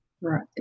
right